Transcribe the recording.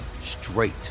straight